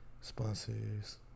sponsors